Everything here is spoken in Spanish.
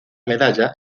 medalla